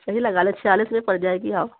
सही लगा ले छियालीस में पड़ जाएगी आओ